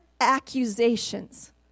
accusations